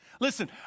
Listen